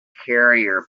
carrier